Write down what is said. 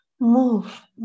Move